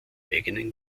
eigenen